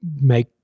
make